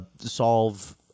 solve